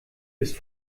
ist